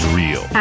real